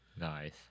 nice